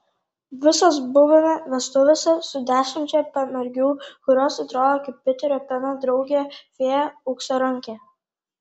visos buvome vestuvėse su dešimčia pamergių kurios atrodo kaip piterio peno draugė fėja auksarankė